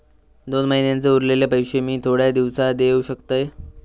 दोन महिन्यांचे उरलेले पैशे मी थोड्या दिवसा देव शकतय?